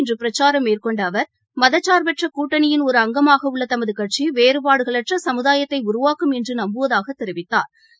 இன்றுபிரச்சாரம் மேற்கொண்டஅவர் மதச்சாா்பற்றகூட்டணியின் மதுரையில் ஒரு அங்கமாகஉள்ளதமதுகட்சி வேறுபாடுகளற்றசமுதாயத்தைஉருவாக்கும் என்றுநம்புவதாகத் தெரிவித்தாா்